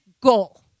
goal